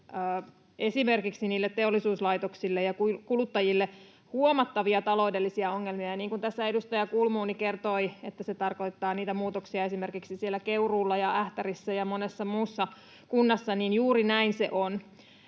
esimerkiksi niille teollisuuslaitoksille ja kuluttajille, huomattavia taloudellisia ongelmia. Ja kun tässä edustaja Kulmuni kertoi, että se tarkoittaa niitä muutoksia esimerkiksi siellä Keuruulla ja Ähtärissä ja monessa muussa kunnassa, niin juuri näin se on.